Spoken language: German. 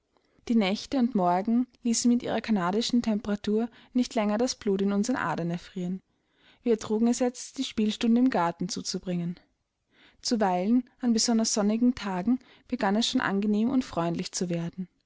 die nächte und morgen ließen mit ihrer kanadischen temperatur nicht länger das blut in unseren adern erfrieren wir ertrugen es jetzt die spielstunde im garten zuzubringen zuweilen an besonders sonnigen tagen begann es schon angenehm und freundlich zu werden